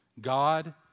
God